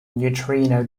neutrino